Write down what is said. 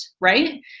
right